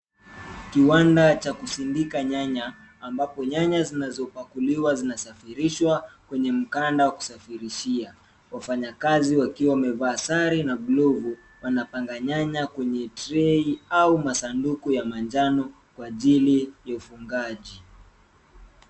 Kiwanda cha kusindika nyanya ambapo nyanya zinazo pakuliwa zinasafirishwa kwenye mkanda wa kusafirishia. Wafanya kazi wakiwa wamevaa sare na glovu wanapanga nyanya kwenye trei au masanduku ya manjano kwa ajili ya ufungaji.